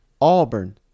Auburn